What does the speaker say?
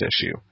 issue